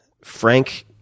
frank-